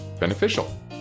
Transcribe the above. beneficial